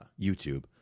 YouTube